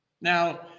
now